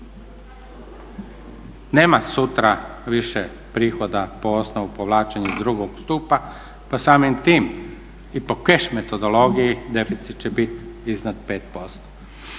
Nema sutra više prihoda po osnovu povlačenja iz drugo stupa pa samim tim i po keš metodologiji deficit će bit iznad 5%.